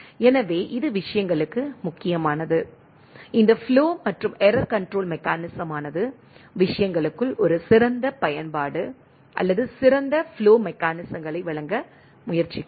எனவே இது விஷயங்களுக்கு முக்கியமானது இந்த ஃப்ளோ மற்றும் ஏரர் கண்ட்ரோல் மெக்கானிசமானது விஷயங்களுக்குள் ஒரு சிறந்த பயன்பாடு அல்லது சிறந்த ஃப்ளோ மெக்கானிசங்களை வழங்க முயற்சிக்கிறது